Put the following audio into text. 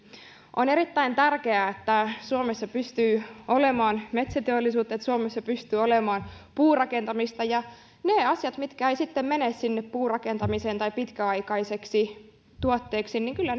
on erittäin tärkeää että suomessa pystyy olemaan metsäteollisuutta että suomessa pystyy olemaan puurakentamista ja ne asiat jätteetkin jotka eivät sitten mene sinne puurakentamiseen tai pitkäaikaiseksi tuotteeksi täytyy kyllä